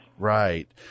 Right